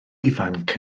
ifanc